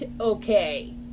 okay